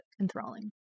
Enthralling